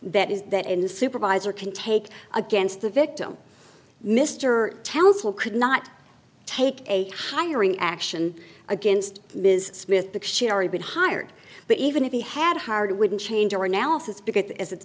that is that in the supervisor can take against the victim mr townsell could not take a hiring action against ms smith that she'd already been hired but even if he had hired wouldn't change your analysis because it